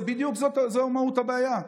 זו בדיוק מהות הבעיה,